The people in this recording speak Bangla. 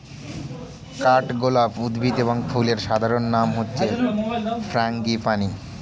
কাঠগোলাপ উদ্ভিদ এবং ফুলের সাধারণ নাম হচ্ছে ফ্রাঙ্গিপানি